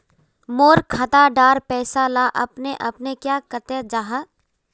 मोर खाता डार पैसा ला अपने अपने क्याँ कते जहा?